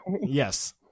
Yes